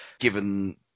given